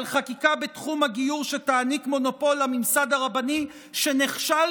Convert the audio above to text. על חקיקה בתחום הגיור שתעניק מונופול לממסד הרבני שנכשל